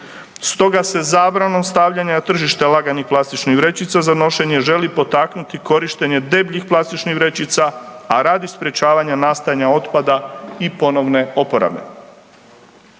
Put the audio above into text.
Stoga se zabranom stavljanja na tržište laganih plastičnih vrećica za nošenje želi potaknuti korištenje debljih plastičnih vrećica, a radi sprječavanja nastajanja otpada i ponovne oporabe.